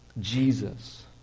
Jesus